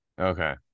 Okay